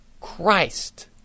Christ